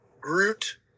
Groot